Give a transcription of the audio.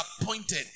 appointed